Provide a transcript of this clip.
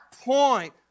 point